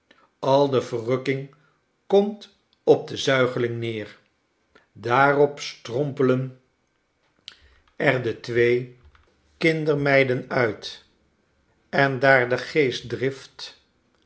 al de verrukking komt op den zuigeling neer daarop strompelen er de twee kindermeiden uit en daar de geestdrift